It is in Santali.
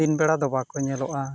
ᱫᱤᱱᱵᱮᱲᱟ ᱫᱚ ᱵᱟᱠᱚ ᱧᱮᱞᱚᱜᱼᱟ